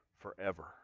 forever